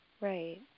Right